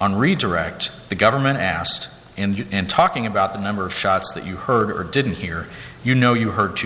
on redirect the government asked and in talking about the number of shots that you heard or didn't hear you know you heard two